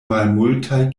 malmultaj